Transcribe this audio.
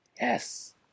yes